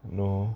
no no